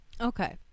Okay